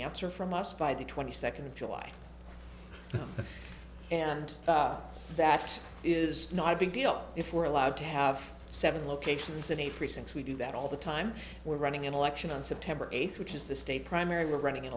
answer from us by the twenty second of july and that is not a big deal if we're allowed to have seven locations in a precincts we do that all the time we're running an election on september eighth which is the state primary running